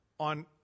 On